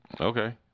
Okay